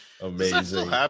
Amazing